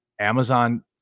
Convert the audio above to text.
Amazon